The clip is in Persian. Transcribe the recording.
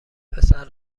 پسر